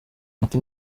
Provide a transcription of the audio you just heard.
ati